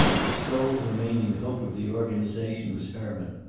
the sole remaining hope of the organization was herman.